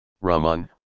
Raman